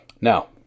Now